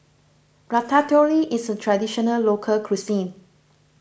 Ratatouille is a Traditional Local Cuisine